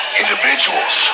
individuals